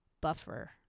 buffer